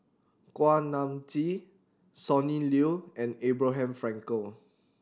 Kuak Nam Jin Sonny Liew and Abraham Frankel